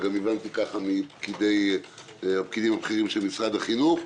הבנתי כך גם מהפקידים הבכירים של משרד החינוך.